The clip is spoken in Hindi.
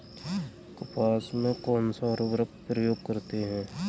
कपास में कौनसा उर्वरक प्रयोग करते हैं?